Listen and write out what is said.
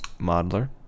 modeler